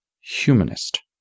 humanist